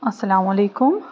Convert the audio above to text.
اَسَلامُ علیکُم